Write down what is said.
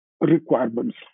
requirements